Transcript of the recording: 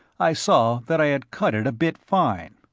i saw that i had cut it a bit fine.